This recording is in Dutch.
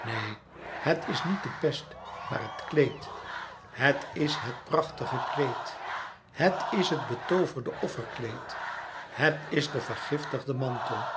neen het is niet de pest maar het kleed het is het prachtige kleed het is het betooverde offerkleed het is de vergiftigde mantel